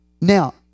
Now